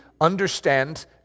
understand